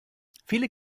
viele